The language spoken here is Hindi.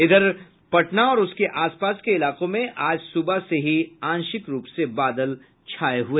इधर पटना और उसके आस पास के इलाकों में आज सुबह से आंशिक रूप से बादल छाये रहे